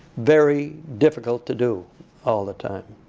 very difficult to do all the time.